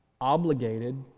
obligated